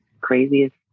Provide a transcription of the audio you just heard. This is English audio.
Craziest